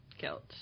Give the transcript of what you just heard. guilt